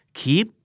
keep